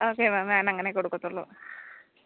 okay ma'am ഞാൻ അങ്ങനെയേ കൊടുക്കുള്ളൂ